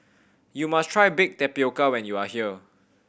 you must try bake tapioca when you are here